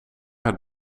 het